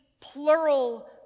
plural